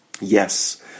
Yes